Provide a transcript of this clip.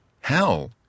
hell